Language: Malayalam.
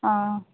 ആ